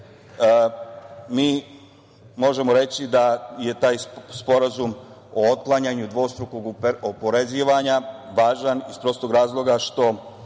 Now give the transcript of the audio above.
mi možemo reći da je taj Sporazum o otklanjanju dvostrukog oporezivanja važan, iz prostog razloga što